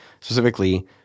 specifically